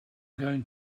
going